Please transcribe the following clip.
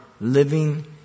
living